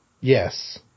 Yes